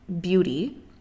beauty